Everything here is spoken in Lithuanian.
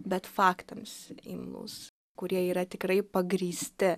bet faktams imlūs kurie yra tikrai pagrįsti